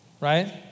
right